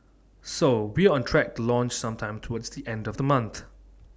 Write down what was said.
so we're on track to launch sometime towards the end of the month